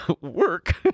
work